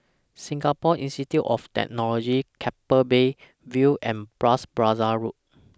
Singapore Institute of Technology Keppel Bay View and Bras Basah Road